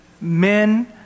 Men